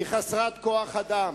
היא חסרת כוח-אדם.